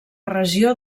regió